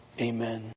amen